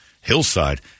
hillside